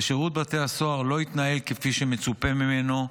שירות בתי הסוהר לא התנהל כפי שמצופה ממנו,